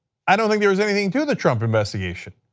i don't think there is anything to the trump investigation.